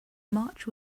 march